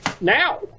now